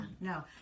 No